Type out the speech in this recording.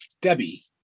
Debbie